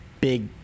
big